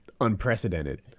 unprecedented